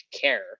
care